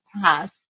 task